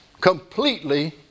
Completely